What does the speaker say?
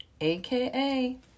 aka